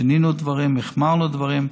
שינינו דברים, החמרנו דברים.